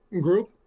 group